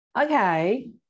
okay